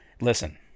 listen